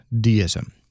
deism